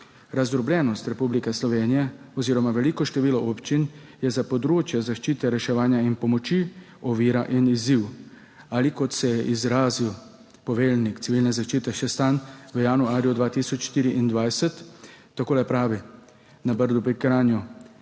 Razdrobljenost Republike Slovenije oziroma veliko število občin je za področje zaščite, reševanja in pomoči ovira in izziv ali, kot se je izrazil poveljnik Civilne zaščite Šestan, v januarju 2024, tako je rekel na Brdu pri Kranju,